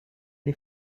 les